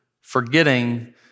forgetting